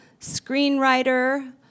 Screenwriter